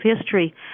history